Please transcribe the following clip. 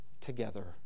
together